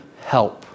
help